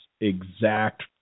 exact